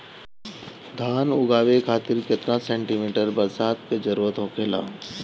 धान उगावे खातिर केतना सेंटीमीटर बरसात के जरूरत होखेला?